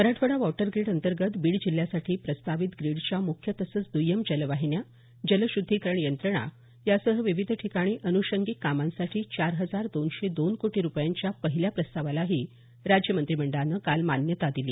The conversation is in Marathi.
मराठवाडा वॉटर ग्रीड अंतर्गत बीड जिल्ह्यासाठी प्रस्तावित ग्रीडच्या मुख्य तसंच द्य्यम जलवाहिन्या जलशुद्धीकरण यंत्रणा यासह विविध ठिकाणी अनुषंगिक कामांसाठी चार हजार आठशे दोन कोटी रुपयांच्या पहिल्या प्रस्तावालाही राज्य मंत्रिमंडळानं काल मान्यता दिली